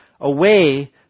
away